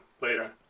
later